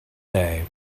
day